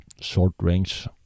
short-range